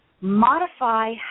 modify